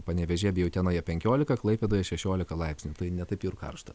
panevėžyje bei utenoje penkiolika klaipėdoje šešiolika laipsnių tai ne taip jau ir karšta